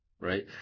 right